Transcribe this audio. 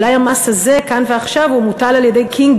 אולי המס הזה כאן ועכשיו מוטל על-ידי קינג